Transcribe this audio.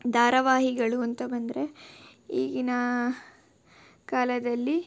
ಧಾರಾವಾಹಿಗಳು ಅಂತ ಬಂದರೆ ಈಗಿನ ಕಾಲದಲ್ಲಿ